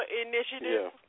initiative